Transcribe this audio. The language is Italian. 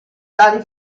tali